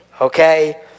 Okay